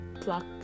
pluck